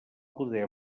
poder